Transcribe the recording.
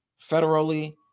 federally